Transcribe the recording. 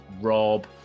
Rob